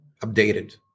updated